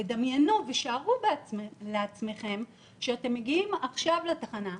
תדמיינו ושערו לעצמכם שאתם מגיעים עכשיו לתחנה,